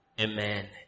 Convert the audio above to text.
Amen